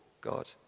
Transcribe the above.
God